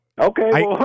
okay